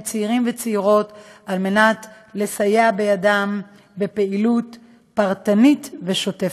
צעירים וצעירות לסייע בידם בפעילות פרטנית ושוטפת.